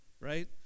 Right